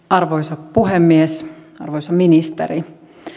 arvoisa puhemies arvoisa ministeri